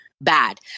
bad